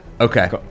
Okay